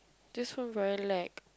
this one very lag